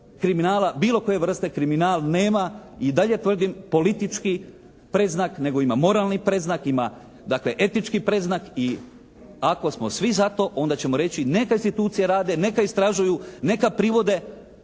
bilo koje vrste, kriminal nema i dalje tvrdim politički predznak nego ima moralni predznak. Ima dakle etički predznak i ako smo svi za to onda ćemo reći neka institucije rade, neka istražuju, neka privode